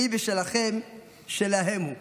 שלי ושלכם, שלהם הוא.